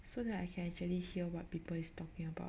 so that I can actually hear what people is talking about